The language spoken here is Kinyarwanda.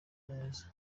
neza